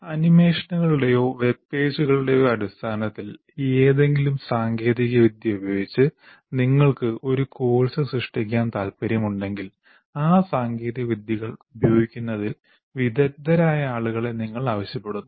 ആനിമേഷനുകളുടെയോ web പേജുകളുടെയോ അടിസ്ഥാനത്തിൽ ഏതെങ്കിലും സാങ്കേതികവിദ്യ ഉപയോഗിച്ച് നിങ്ങൾക്ക് ഒരു കോഴ്സ് സൃഷ്ടിക്കാൻ താൽപ്പര്യമുണ്ടെങ്കിൽ ആ സാങ്കേതികവിദ്യകൾ ഉപയോഗിക്കുന്നതിൽ വിദഗ്ധരായ ആളുകളെ നിങ്ങൾ ആവശ്യപ്പെടുന്നു